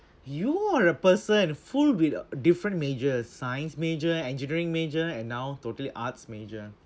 you are a person full with different major science major engineering major and now totally arts major